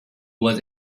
was